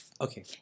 Okay